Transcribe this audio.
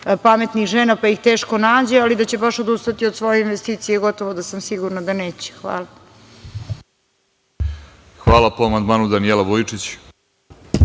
pametnih žena pa ih teško nađe, ali da će baš odustati od svoje investicije, gotovo da sam sigurna da neće. Hvala. **Vladimir Orlić** Hvala. Po amandmanu Danijela Vujičić.